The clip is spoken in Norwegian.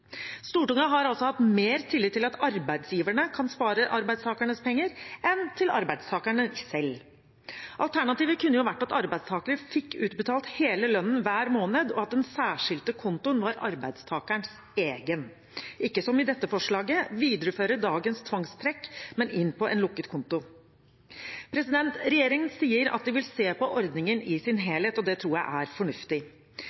Stortinget har altså hatt mer tillit til at arbeidsgiverne kan spare arbeidstakernes penger, enn til arbeidstakerne selv. Alternativet kunne jo vært at arbeidstakerne fikk utbetalt hele lønnen hver måned, og at den særskilte kontoen var arbeidstakerens egen – ikke som i dette forslaget: videreføre dagens tvangstrekk, men inn på en lukket konto. Regjeringen sier at den vil se på ordningen i sin